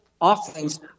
offerings